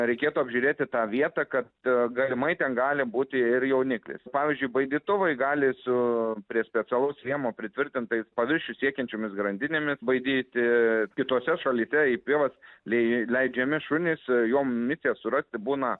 reikėtų apžiūrėti tą vietą kad galimai ten gali būti ir jauniklis pavyzdžiui baidytuvai gali su prie specialaus rėmo pritvirtintais paviršių siekiančiomis grandinėmis baidyti kitose šalyse į pievas neįleidžiami šunys jo misija surasti būna